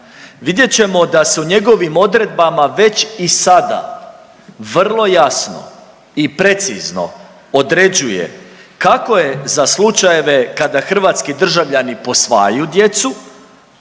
vidjet ćemo da se u njegovim odredbama već i sada vrlo jasno i precizno određuje kako je za slučajeve kada hrvatski državljani posvajaju djecu